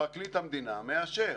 פרקליט המדינה מאשר,